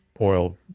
oil